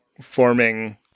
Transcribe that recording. forming